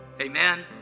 Amen